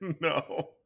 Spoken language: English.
no